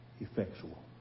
effectual